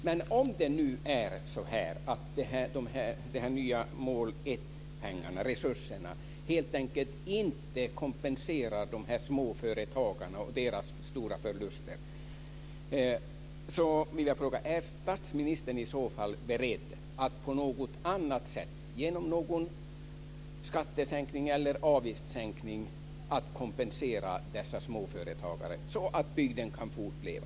Men om dessa nya mål 1-pengar, resurserna, helt enkelt inte kompenserar dessa småföretagare och deras stora förluster, är statsministern då beredd att på något annat sätt, genom någon skattesänkning eller någon avgiftssänkning, kompensera dessa småföretagare, så att bygden kan fortleva?